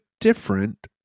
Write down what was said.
different